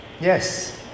Yes